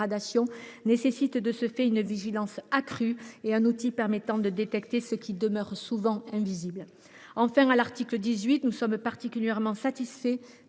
nécessitent une vigilance accrue et un outil permettant de détecter ce qui demeure souvent invisible. Enfin, à l’article 18, nous sommes particulièrement satisfaits